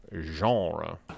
Genre